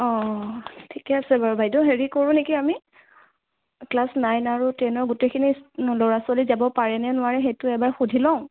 অ' ঠিকে আছে বাৰু বাইদেউ হেৰি কৰোঁ নেকি আমি ক্লাছ নাইন আৰু টেনৰ গোটেইখিনি ল'ৰা ছোৱালী যাব পাৰে নে নোৱাৰে সেইটো এবাৰ সুধি লওঁ